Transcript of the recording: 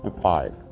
five